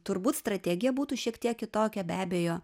turbūt strategija būtų šiek tiek kitokia be abejo